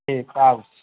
ठीक आउ